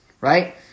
right